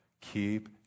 Keep